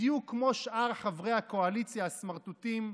בדיוק כמו שאר חברי הקואליציה הסמרטוטים,